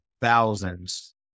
thousands